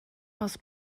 aus